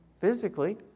Physically